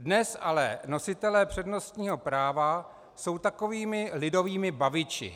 Dnes ale nositelé přednostního práva jsou takovými lidovými baviči.